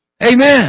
Amen